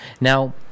now